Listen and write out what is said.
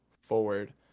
forward